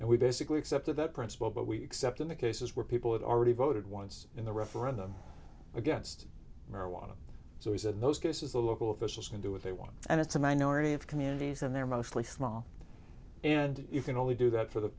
and we basically accepted that principle but we accept in the cases where people have already voted once in the referendum against marijuana so is in those cases the local officials can do what they want and it's a minority of communities and they're mostly small and you can only do that for the